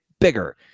bigger